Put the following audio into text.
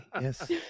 Yes